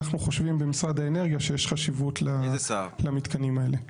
אנחנו חושבים במשרד האנרגיה שיש חשיבות למתקנים האלה.